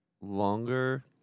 longer